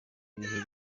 ibihe